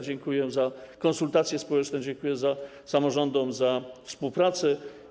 Dziękuję za konsultacje społeczne, dziękuję samorządom za współpracę.